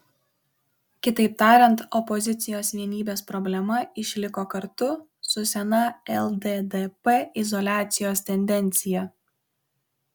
kitaip tariant opozicijos vienybės problema išliko kartu su sena lddp izoliacijos tendencija